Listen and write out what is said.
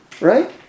right